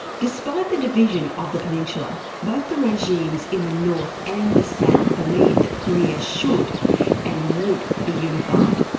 despite the division of the peninsula, both the regimes in the north and the south believed that korea should and would be unified.